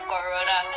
Corona